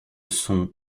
sont